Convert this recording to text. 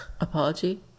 apology